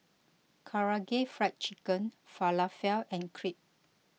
Karaage Fried Chicken Falafel and Crepe